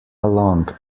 along